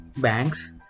banks